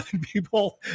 people